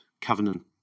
covenant